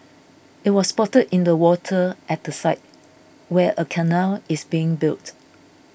it was spotted in the water at the site where a canal is being built